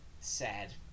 sad